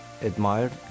admired